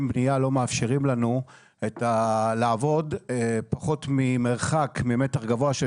בניה לא מאפשרים לנו לעבוד פחות ממרחק ממתח גבוה של